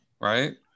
right